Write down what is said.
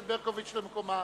מקומה.